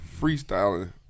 freestyling